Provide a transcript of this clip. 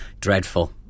Dreadful